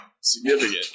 significant